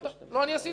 לא עשיתי אותה.